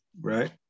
Right